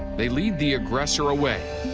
they lead the aggressor away,